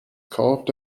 carved